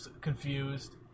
confused